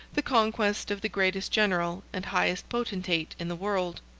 the conquest of the greatest general and highest potentate in the world.